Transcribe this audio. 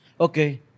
Okay